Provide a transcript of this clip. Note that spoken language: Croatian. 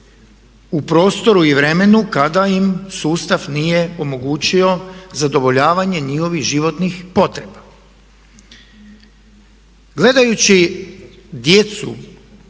u prostoru i vremenu kada im sustav nije omogućio zadovoljavanje njihovih životnih potreba. Gledajući djecu